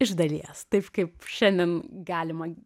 iš dalies taip kaip šiandien galima